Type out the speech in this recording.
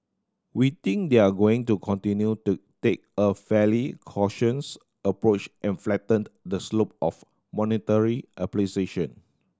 we think they're going to continue to take a fairly cautions approach and flatten the slope of monetary